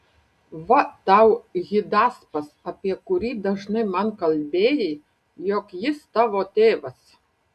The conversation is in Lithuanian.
va tau hidaspas apie kurį dažnai man kalbėjai jog jis tavo tėvas